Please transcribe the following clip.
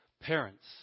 Parents